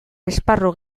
esparru